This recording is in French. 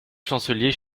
chancelier